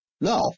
no